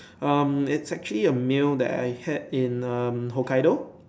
um it's actually a meal that I had in um Hokkaido